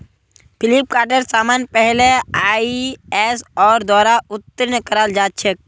फ्लिपकार्टेर समान पहले आईएसओर द्वारा उत्तीर्ण कराल जा छेक